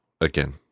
again